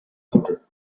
potter